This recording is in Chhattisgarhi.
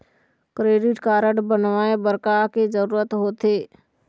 क्रेडिट कारड बनवाए बर का के जरूरत होते?